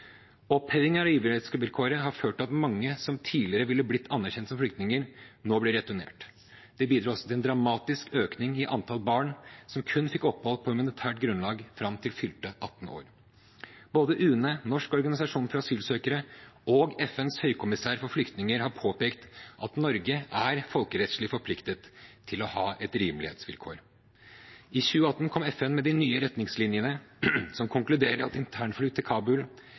Oppheving av rimelighetsvilkåret har ført til at mange som tidligere ville blitt anerkjent som flyktninger, nå blir returnert. Det bidro også til en dramatisk økning i antall barn som kun fikk opphold på humanitært grunnlag fram til fylte 18 år. Både UNE, Norsk organisasjon for asylsøkere og FNs høykommissær for flyktninger har påpekt at Norge er folkerettslig forpliktet til å ha et rimelighetsvilkår. I 2018 kom FN med de nye retningslinjene som konkluderer med at internflukt til Kabul